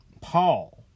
Paul